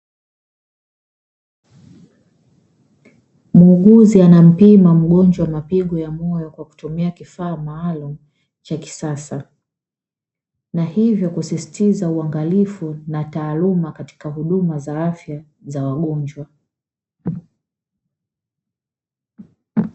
Muuguzi anampima mgonjwa mapigo ya moyo kwa kutumia kifaa cha kisasa, na hivyo kusisitiza uangalifu wa taaluma katika huduma za afya za wagonjwa.